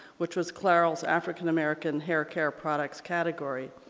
which was clairol's african-american haircare products category.